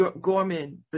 Gorman